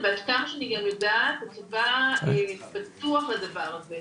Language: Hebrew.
כן, ועד כמה שאני יודעת הצבא פתוח לדבר הזה.